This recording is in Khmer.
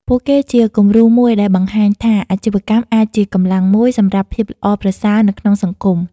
ពួកគេជាគំរូមួយដែលបង្ហាញថាអាជីវកម្មអាចជាកម្លាំងមួយសម្រាប់ភាពល្អប្រសើរនៅក្នុងសង្គម ។